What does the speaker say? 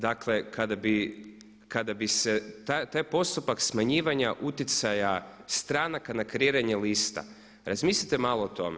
Dakle kada bi se taj postupak smanjivanja utjecaja stranaka na kreiranje liste, razmislite malo o tome.